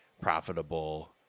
profitable